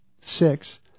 Six